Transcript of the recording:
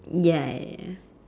ya